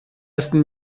ersten